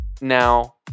Now